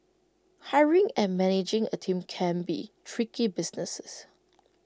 hiring and managing A team can be tricky businesses